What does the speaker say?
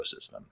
ecosystem